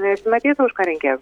nesimatytų už ką reikėjas